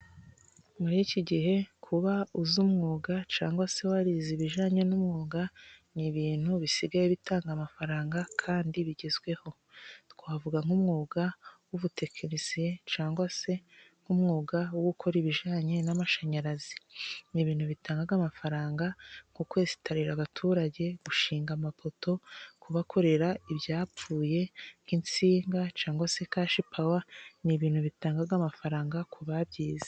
Muri iki gihe kuba uzi umwuga cyangwa se warize ibijyananye n'umwuga, ni ibintu bisigaye bitanga amafaranga kandi bigezweho. Twavuga nk'umwuga w'ubutekinisiye, cyangwa se nk'umwuga wo gukora ibijyanye n'amashanyarazi, ni ibintu bitanga amafaranga, nko kwesitarira abaturage, gushinga amapoto, kubakorera ibyapfuye, nk'insinga cyangwa se Kashipawa ni ibintu bitanga amafaranga ku babyize.